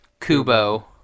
Kubo